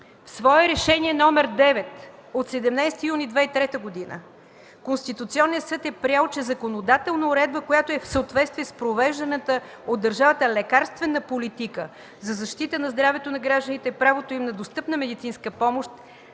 свое Решение № 9 от 17 юни 2003 г. Конституционният съд е приел, че законодателна уредба, която е в съответствие с провежданата от държавата лекарствена политика за защита на здравето на гражданите и правото им на достъпна медицинска помощ